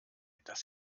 das